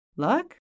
luck